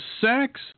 sex